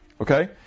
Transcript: okay